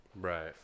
Right